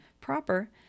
proper